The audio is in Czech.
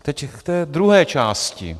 Teď k té druhé části.